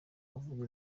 avuye